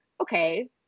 okay